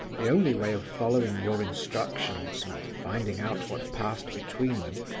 the only way of following your instructions, and finding out what passed between them,